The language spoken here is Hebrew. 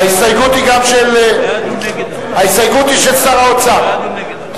ההסתייגות היא של שר האוצר.